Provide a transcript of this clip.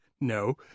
No